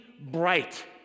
bright